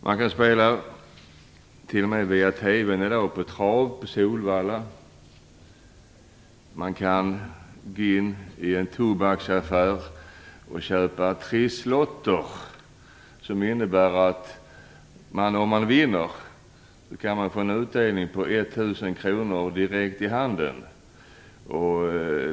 Man kan t.o.m. via TV spela på trav på Solvalla. Man kan gå in i en tobaksaffär och köpa trisslotter som kan ge en vinst på 1 000 kr direkt i handen.